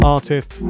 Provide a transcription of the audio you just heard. Artist